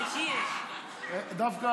זה, דודי, תבקש הודעה אישית.